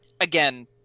again